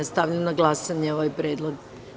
Stavljam na glasanje ovaj predlog.